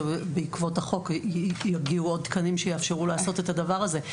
שבעקבות החוק יגיעו עוד תקנים שיאפשרו לעשות את הדבר הזה?